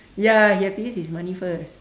ya he have to use his money first